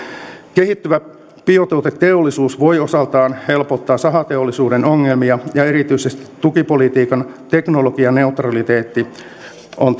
kehittyvä biotuoteteollisuus voi osaltaan helpottaa sahateollisuuden ongelmia ja erityisesti tukipolitiikan teknologianeutraliteetti on